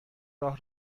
راه